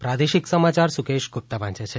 પ્રાદેશિક સમાચાર સુકેશ ગુપ્તી વાંચ છે